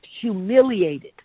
humiliated